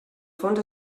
fons